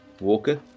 Walker